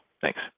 Thanks